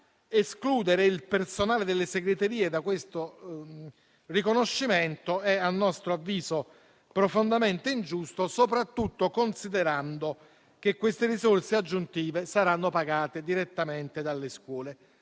escludere il personale delle segreterie da questo riconoscimento è, a nostro avviso, profondamente ingiusto, soprattutto considerando che queste risorse aggiuntive saranno pagate direttamente dalle scuole.